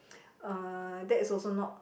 uh that is also not